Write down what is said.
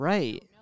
Right